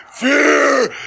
Fear